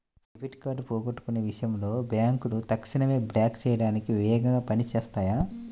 debit card పోగొట్టుకున్న విషయంలో బ్యేంకులు తక్షణమే బ్లాక్ చేయడానికి వేగంగా పని చేత్తాయి